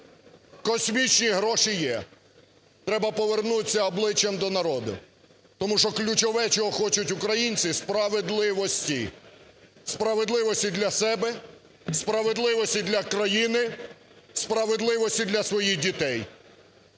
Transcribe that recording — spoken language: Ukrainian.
космічні гроші є. Треба повернутися обличчям до народу, тому що ключове, чого хочуть українці – справедливості, справедливості для себе, справедливості для країни, справедливості для своїх дітей.